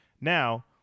Now